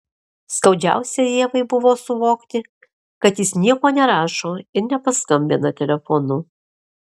skaudžiausia ievai buvo suvokti kad jis nieko nerašo ir nepaskambina telefonu